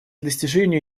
достижения